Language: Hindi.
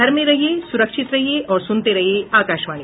घर में रहिये सुरक्षित रहिये और सुनते रहिये आकाशवाणी